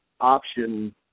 option